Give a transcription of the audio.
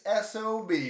SOB